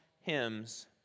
hymns